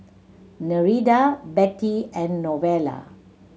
Nereida Bettie and Novella